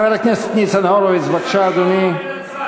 חבר הכנסת ניצן הורוביץ, בבקשה, אדוני.